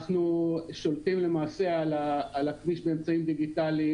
אנחנו שולטים על הכביש באמצעים דיגיטליים